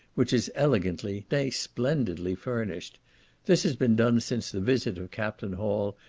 which is elegantly, nay, splendidly furnished this has been done since the visit of captain hall,